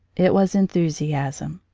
it was enthusiasm.